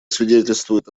свидетельствует